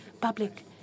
Public